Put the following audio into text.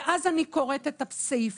ואז אני קוראת את הסעיפים,